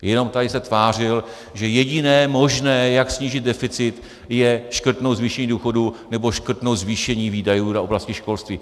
Jenom se tady tvářil, že jediné možné, jak snížit deficit, je škrtnout zvýšení důchodů nebo škrtnout zvýšení výdajů do oblasti školství.